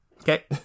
Okay